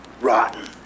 rotten